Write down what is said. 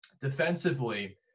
Defensively